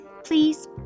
Please